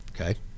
okay